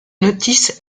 notices